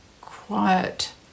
quiet